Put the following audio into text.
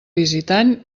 visitant